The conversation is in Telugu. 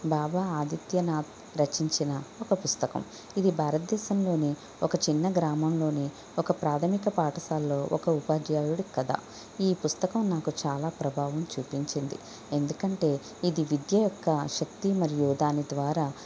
బాబా ఆదిత్య నాథ్ రచించిన ఒక పుస్తకం ఇది భారతదేశంలోని ఒక చిన్న గ్రామంలోని ఒక ప్రాథమిక పాఠశాలలో ఒక ఉపాధ్యాయుడు కదా ఈ పుస్తకం నాకు చాలా ప్రభావం చూపించింది ఎందుకంటే ఇది విద్య యొక్క శక్తి మరియు దాని ద్వారా